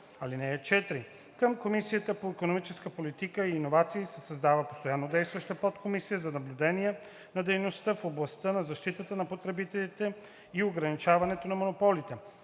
съд. (4) Към Комисията по икономическа политика и иновации се създава постоянно действаща подкомисия за наблюдение на дейността в областта на защитата на потребителите и ограничаването на монополите.